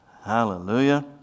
Hallelujah